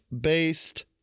based